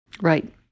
Right